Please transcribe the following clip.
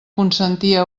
consentia